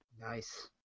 Nice